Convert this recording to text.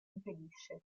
impedisce